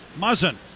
Muzzin